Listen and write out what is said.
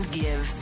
give